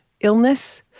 illness